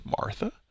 Martha